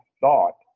thought